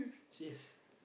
serious